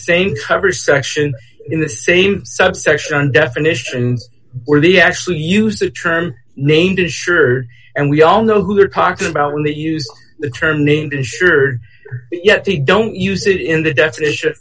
same coverage section in the same subsection definitions where they actually used the term named as sure and we all know who we're talking about when that used the term named insured yet they don't use it in the definition